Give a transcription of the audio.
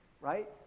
right